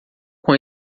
com